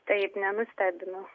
taip nenustebino